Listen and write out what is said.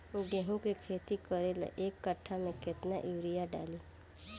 गेहूं के खेती करे ला एक काठा में केतना युरीयाँ डाली?